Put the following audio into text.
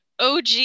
OG